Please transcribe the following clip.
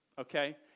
Okay